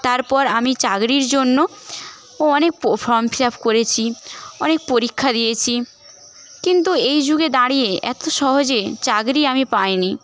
তারপর আমি চাকরির জন্যও অনেক ফর্ম ফিল আপ করেছি অনেক পরীক্ষা দিয়েছি কিন্তু এই যুগে দাঁড়িয়ে এত সহজে চাকরি আমি পাইনি